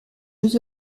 jeux